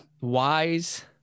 Wise